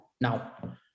now